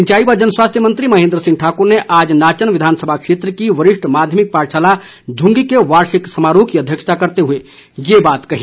सिंचाई व जनरवास्थ्य मंत्री महेन्द्र सिंह ठाकुर ने आज नाचन विधानसभा क्षेत्र की वरिष्ठ माध्यमिक पाठशाला झुंगी के वार्षिक समारोह की अध्यक्षता करते हुए ये बात कही